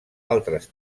altres